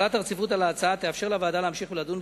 החלת הרציפות על ההצעה תאפשר לוועדה להמשיך ולדון